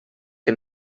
que